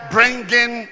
Bringing